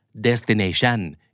destination